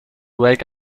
wake